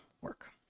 work